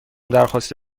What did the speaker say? درخواست